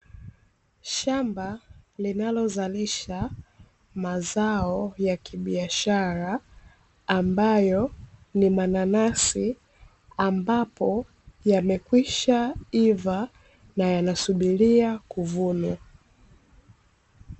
Shamba linalozalisha mazao ya kibiashara ambayo ni mananasi, ambapo yamekwisha kuiva na yanasubiria kuvunwa.